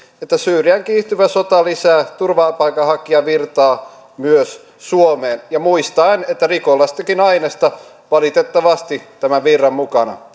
että syyrian kiihtyvä sota lisää turvapaikanhakijavirtaa myös suomeen muistaen että rikollistakin ainesta valitettavasti tämän virran mukana